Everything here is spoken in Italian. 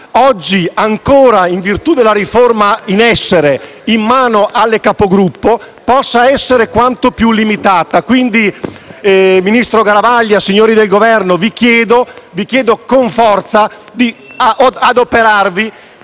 oggi ancora, in virtù della riforma in essere, in mano alle capogruppo, possa essere quanto più limitata. Vice ministro Garavaglia, signori del Governo, vi chiedo con forza di adoperarvi